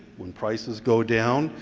when prices go down,